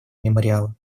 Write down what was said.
мемориала